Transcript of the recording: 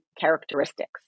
characteristics